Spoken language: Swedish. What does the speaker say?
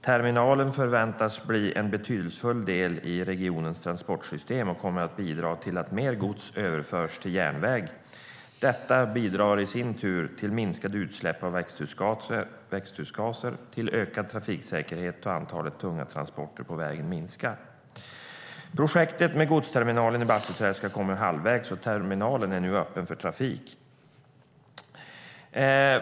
Terminalen förväntas bli en betydelsefull del i regionens transportsystem och kommer att bidra till att mer gods överförs till järnväg. Detta bidrar i sin tur till minskade utsläpp av växthusgaser och till ökad trafiksäkerhet, då antalet tunga transporter på vägen minskar. Projektet med godsterminalen i Bastuträsk har kommit halvvägs, och terminalen är nu öppen för trafik.